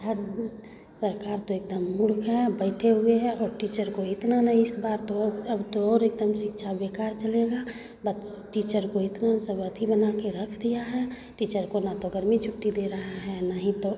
हर सरकार तो एकदम मूर्ख हैं बैठे हुए हैं और टीचर को इतना ना इस बार तो अब तो और एकदम सिक्छा बेकार चलेगा बस टीचर को इतना सब अथि बना कर रख दिया है टीचर को न तो गर्मी छुट्टी दे रहा है न ही तो